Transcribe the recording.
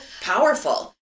powerful